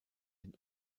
den